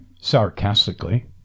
sarcastically